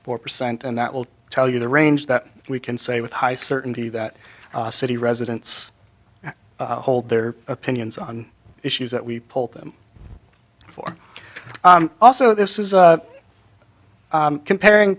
four percent and that will tell you the range that we can say with high certainty that city residents hold their opinions on issues that we polled them for also this is comparing